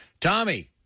Tommy